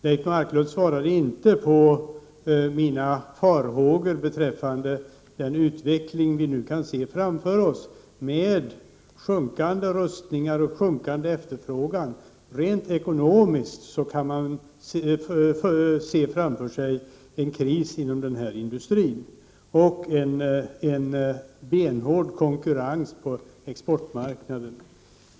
Leif Marklund svarade inte på mina farhågor beträffande den utveckling vi nu kan se framför oss med sjunkande rustningar och sjunkande efterfrågan. Rent ekonomiskt kan man se framför sig en kris inom den här industrin och en benhård konkurrens på exportmarknaden.